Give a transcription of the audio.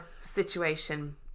situation